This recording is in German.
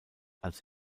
als